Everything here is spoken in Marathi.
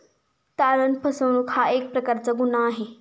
तारण फसवणूक हा एक प्रकारचा गुन्हा आहे